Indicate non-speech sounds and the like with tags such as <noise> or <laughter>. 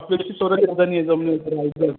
आपले जसे <unintelligible>